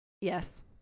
Yes